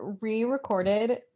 re-recorded